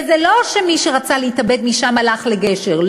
וזה לא שמי שרצה להתאבד משם הלך לגשר.